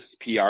PR